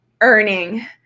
earning